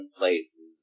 places